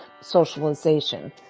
socialization